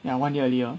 ya one year earlier